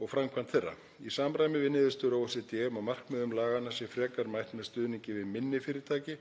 og framkvæmd þeirra. Í samræmi við niðurstöður OECD um að markmiðum laganna sé frekar mætt með stuðningi við minni fyrirtæki